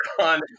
on